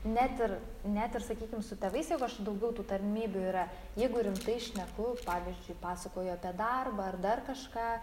net ir net ir sakykim su tėvais jeigu aš daugiau tų tarmybių yra jeigu rimtai šneku pavyzdžiui pasakoju apie darbą ar dar kažką